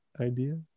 idea